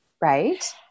right